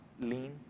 lean